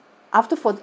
after fourteen